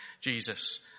Jesus